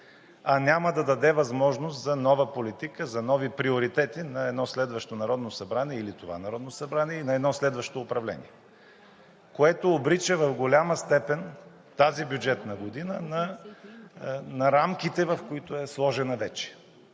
а няма да даде възможност за нова политика, за нови приоритети на едно следващо Народно събрание или това Народно събрание, и на едно следващо управление, което обрича в голяма степен тази бюджетна година на рамките, в които е сложена вече.